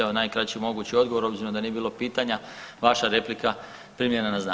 Evo najkraći mogući odgovor obzirom da nije bilo pitanja, vaša replika primljena na znanje.